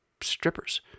strippers